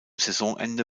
saisonende